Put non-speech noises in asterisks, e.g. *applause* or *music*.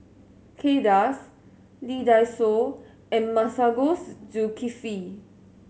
Kay Das Lee Dai Soh and Masagos *hesitation* Zulkifli